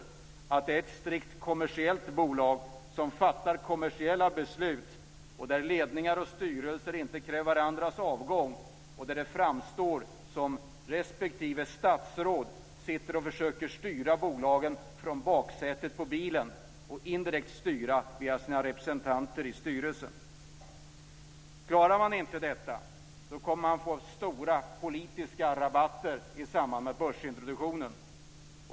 Dessutom ska det vara ett strikt kommersiellt bolag som fattar kommersiella beslut, ett bolag där ledningar och styrelser inte kräver varandras avgång och där det framstår som att respektive statsråd försöker styra bolagen från baksätet i en bil och indirekt styra via sina representanter i styrelsen. Klarar man inte detta kommer det att bli stora politiska rabatter i samband med börsintroduktionen.